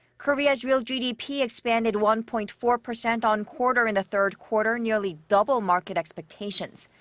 korea's real gdp expanded one-point-four percent on-quarter in the third quarter, nearly double market expectations.